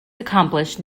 accomplished